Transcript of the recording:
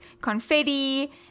confetti